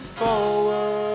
forward